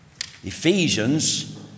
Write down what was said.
Ephesians